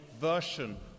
version